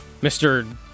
Mr